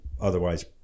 otherwise